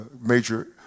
Major